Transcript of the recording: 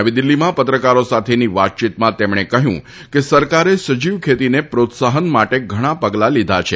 નવીદિલ્ફીમાં પત્રકારો સાથેની વાતયીતમાં તેમણે કહ્યુંકે સરકારે સજીવ ખેતીને પ્રોત્સફન માટે ધણા પગલાં લીધાં છે